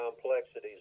complexities